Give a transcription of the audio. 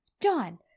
John